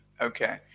Okay